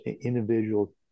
individual